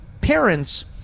parents